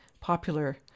popular